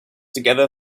together